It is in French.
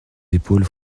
épaules